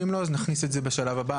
ואם לא, אז נכניס את זה בשלב הבא.